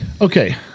Okay